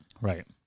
Right